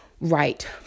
right